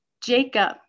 Jacob